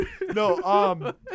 No